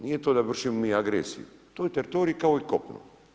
Nije to da vršimo mi agresiju, to je teritorij kao i kopno.